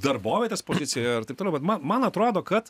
darbovietės pozicija ir taip toliau bet ma man atrodo kad